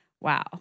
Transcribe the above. wow